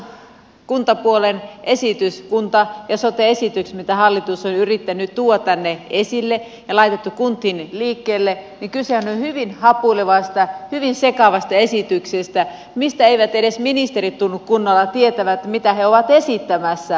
tässä kuntapuolen esityksessä kunta ja sote esityksessä mitä hallitus on yrittänyt tuoda tänne esille ja on laitettu kuntiin liikkeelle kysehän on hyvin hapuilevasta hyvin sekavasta esityksestä mistä eivät edes ministerit tunnu kunnolla tietävän mitä he ovat esittämässä